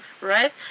right